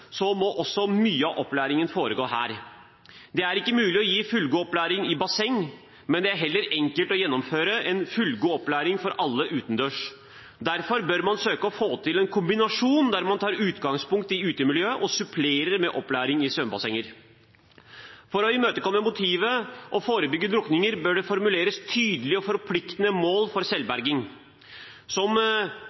må også mye av opplæringen foregå her. Det er ikke mulig å gi fullgod opplæring i basseng, men det er heller enkelt å gjennomføre en fullgod opplæring for alle utendørs. Derfor bør man søke å få til en kombinasjon der man tar utgangspunkt i utemiljøet og supplerer med opplæring i svømmebasseng. For å imøtekomme motivet og forebygge drukninger bør det formuleres tydelige og forpliktende mål for selvberging. Som